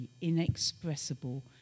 inexpressible